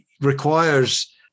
requires